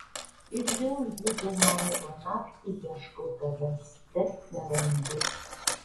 ir vėl gūdžią nemigo naktį ieškau tavęs bet nerandu